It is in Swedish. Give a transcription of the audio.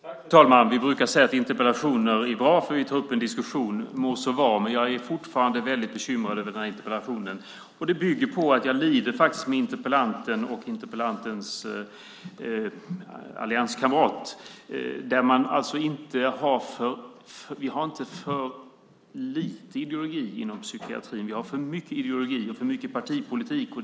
Fru talman! Vi brukar säga att interpellationer är bra därför att vi då tar upp en diskussion - må så vara. Men jag är fortfarande väldigt bekymrad över den här interpellationen. Det bygger på att jag faktiskt lider med interpellanten och interpellantens allianskamrat. Vi har inte för lite ideologi inom psykiatrin, utan vi har för mycket ideologi och för mycket partipolitik där.